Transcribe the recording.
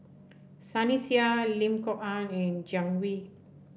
Sunny Sia Lim Kok Ann and Jiang Hu